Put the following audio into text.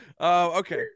okay